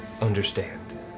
understand